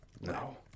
no